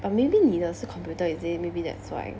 but maybe 你的是 computer is it maybe that's why